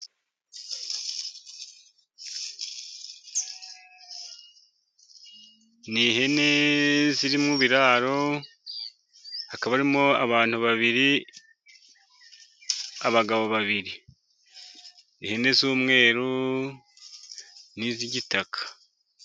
Ni ihene ziri mu biraro, hakaba harimo abantu babiri, abagabo babiri, ihene z'umweru n'iz'igitaka.